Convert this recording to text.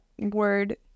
Word